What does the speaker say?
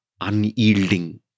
unyielding